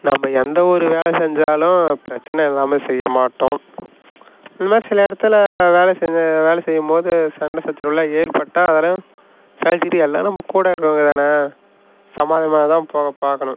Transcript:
நாம் எந்த ஒரு வேலை செஞ்சாலும் பிரச்சனை இல்லாமல் செய்ய மாட்டோம் இந்தமாரி சில இடத்துல வேலை செஞ்ச வேலை செய்யும்போது சண்டை சச்சரவுலாம் ஏற்பட்டால் அதல்லாம் சகிச்சிக்கிட்டு எல்லாம் நம்ம கூட இருக்கிறவங்க தானே சமாதானமாக தான் போக பார்க்கணும்